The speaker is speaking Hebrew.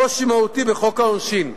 קושי מהותי בחוק העונשין.